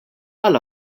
għal